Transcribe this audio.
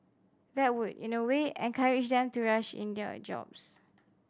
that would in a way encourage them to rush in their jobs